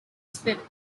spirit